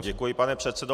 Děkuji, pane předsedo.